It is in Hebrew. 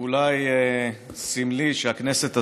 אולי סמלי שהכנסת הזאת,